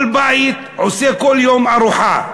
כל בית עושה כל יום ארוחה,